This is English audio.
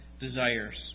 desires